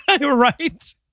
Right